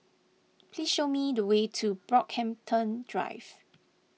please show me the way to Brockhampton Drive